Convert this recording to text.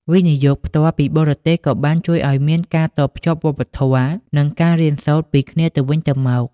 វិនិយោគផ្ទាល់ពីបរទេស ក៏បានជួយឱ្យមានការ "តភ្ជាប់វប្បធម៌" និងការរៀនសូត្រពីគ្នាទៅវិញទៅមក។